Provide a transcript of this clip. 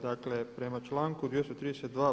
Dakle, prema članku 232.